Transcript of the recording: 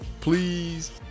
Please